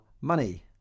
money